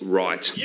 right